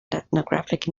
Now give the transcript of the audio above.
ethnographic